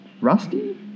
Rusty